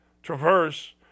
Traverse